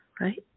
right